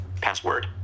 Password